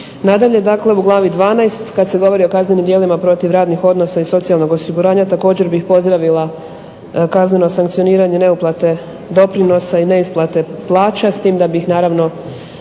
Nadalje, u glavi 12. kada se govori o kaznenim dijelima protiv radnih odnosa i socijalnog osiguranja također bih pozdravila kazneno sankcioniranje neuplate doprinosa i neisplate plaća s tim da bih naravno